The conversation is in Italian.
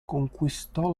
conquistò